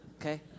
okay